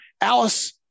Alice